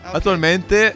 Attualmente